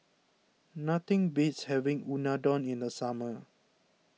nothing beats having Unadon in the summer